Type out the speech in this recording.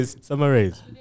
Summarize